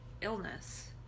illness